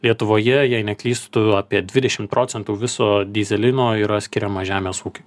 lietuvoje jei neklystu apie dvidešimt procentų viso dyzelino yra skiriama žemės ūkiui